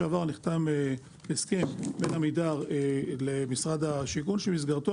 חוץ מזה בשבוע שעבר נחתם הסכם בין עמידר למשרד השיכון שבמסגרתו